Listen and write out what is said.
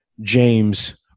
James